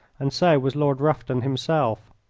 and so was lord rufton himself.